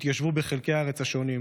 התיישבו בחלקי הארץ השונים,